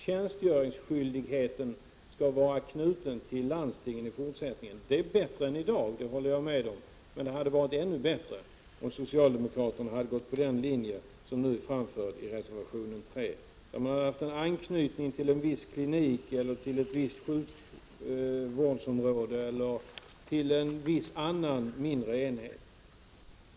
Tjänstgöringsskyldigheten skall vara knuten till landstinget i fortsättningen. Det är bättre än situationen i dag, det håller jag med om. Men det hade varit ännu bättre om socialdemokraterna hade gått på den linje som nu föreslås i reservation 3. Då hade man haft en anknytning till en viss klinik, till ett visst sjukvårdsområde eller till en viss annan mindre enhet.